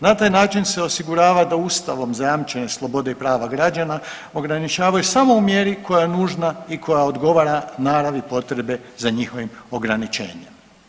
Na taj način se osigurava da Ustavom zajamčene slobode i prava građana ograničavaju samo u mjeri koja je nužna i koja odgovara naravi potrebe za njihovim ograničenjem.